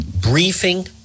briefing